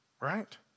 Right